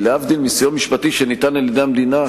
להבדיל מסיוע משפטי שניתן על-ידי המדינה,